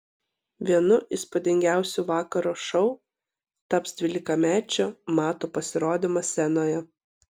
vienu įspūdingiausių vakaro šou taps dvylikamečio mato pasirodymas scenoje